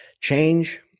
Change